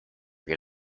get